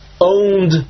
owned